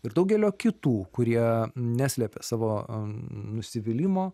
ir daugelio kitų kurie neslepia savo nusivylimo